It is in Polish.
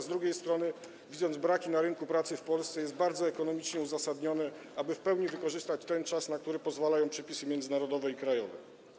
Z drugiej strony, z uwagi na braki na rynku pracy w Polsce jest bardzo ekonomicznie uzasadnione, aby w pełni wykorzystać czas, na który pozwalają przepisy międzynarodowe i krajowe.